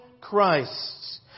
Christ